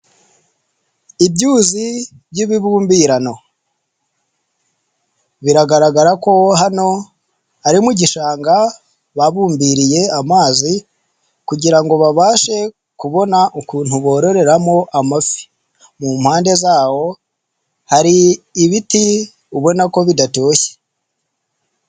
Ibyuzi by'ibibumbirano biragaragara ko hano ari mu gishanga babumbiriye amazi kugira ngo babashe kubona ukuntu bororeramo amafi, mu mpande zawo hari ibiti ubona ko bidatoshye.